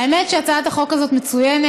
האמת היא שהצעת החוק הזאת מצוינת,